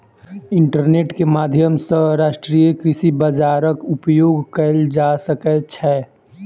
internet के माध्यम सॅ राष्ट्रीय कृषि बजारक उपयोग कएल जा सकै छै